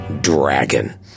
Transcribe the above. dragon